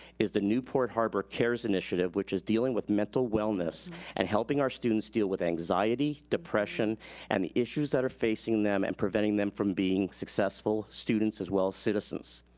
is the newport harbor cares initiative, which is dealing with mental wellness and helping our students deal with anxiety, depression and the issues that are facing them and preventing them from being successful students, as well as citizens.